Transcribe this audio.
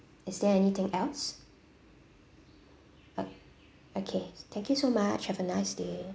is there anything else ok~ okay thank you so much have a nice day